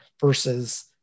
versus